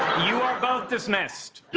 you are both dismissed.